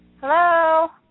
Hello